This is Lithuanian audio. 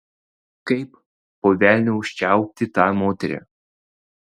kaip po velnių užčiaupti tą moterį